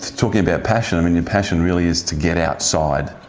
talking about passion, i mean your passion really is to get outside,